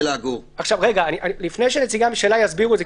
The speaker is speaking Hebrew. לפני שנציגי הממשלה יסבירו את זה,